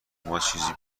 ماچیزی